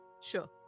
Sure